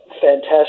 fantastic